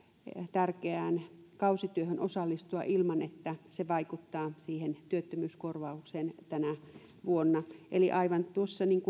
tärkeään kausityöhön osallistua ilman että se vaikuttaa siihen työttömyyskorvaukseen tänä vuonna aivan niin kuin tuossa